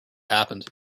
happened